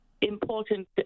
important